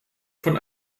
von